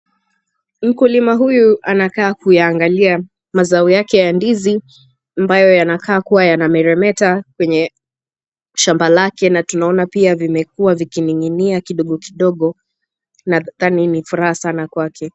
Mkulima huyu anakaa kuyaangalia mazao yake ya ndizi ambayo yanakaa kuwa yanameremeta kwenye shamba lake na tunaona pia vimekuwa vikining'inia kidogo kidogo nadhani ni furaha sana kwake.